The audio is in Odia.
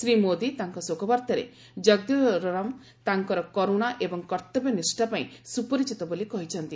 ଶ୍ରୀ ମୋଦୀ ଶୋକବାର୍ତ୍ତାରେ ଜଗଦେଓରାମ ତାଙ୍କର କରୂଣା ଏବଂ କର୍ଉବ୍ୟନିଷ୍ଠା ପାଇଁ ସୁପରିଚିତ ବୋଲି କହିଛନ୍ତି